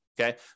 Okay